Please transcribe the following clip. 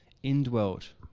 indwelt